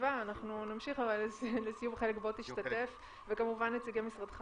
החלק בו תשתתף וכמובן נציגי משרדך